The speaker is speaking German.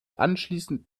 anschließend